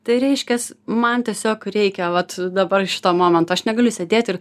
tai reiškias man tiesiog reikia vat dabar šito momento aš negaliu sėdėt ir